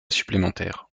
supplémentaire